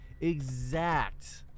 exact